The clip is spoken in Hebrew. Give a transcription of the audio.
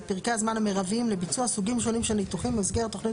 פרקי הזמן המרביים לביצוע סוגים שונים של ניתוחים במסגרת תכנית